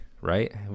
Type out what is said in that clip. right